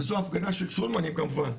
וזו הפגנה של שולמנים כמובן.